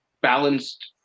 balanced